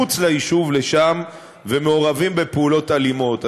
מחוץ ליישוב לשם ומעורבים בפעולות אלימות.